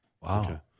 Wow